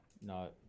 No